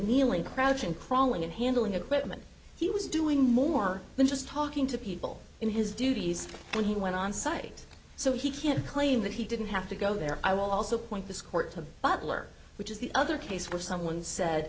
kneeling crouching crawling and handling equipment he was doing more than just talking to people in his duties and he went on site so he can't claim that he didn't have to go there i will also point this court to butler which is the other case where someone said